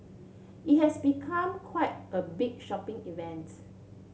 it has become quite a big shopping event